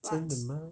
真的吗